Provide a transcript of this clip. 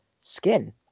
Skin